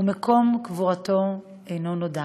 ומקום קבורתו לא נודע.